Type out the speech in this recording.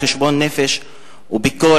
לחשבון נפש וביקורת,